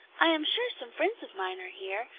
i am sure some friends of mine are here,